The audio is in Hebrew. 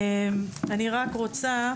אני רק רוצה